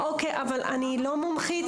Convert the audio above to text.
לא מומחית,